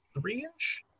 three-inch